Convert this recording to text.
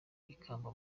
ikamba